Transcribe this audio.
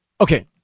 Okay